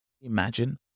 Imagine